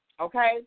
okay